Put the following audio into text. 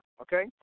okay